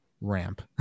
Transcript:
ramp